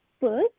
book